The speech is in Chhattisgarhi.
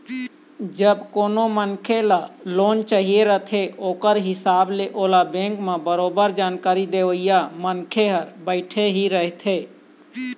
जब कोनो मनखे ल लोन चाही रहिथे ओखर हिसाब ले ओला बेंक म बरोबर जानकारी देवइया मनखे ह बइठे ही रहिथे